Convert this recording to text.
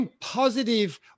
positive